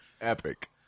epic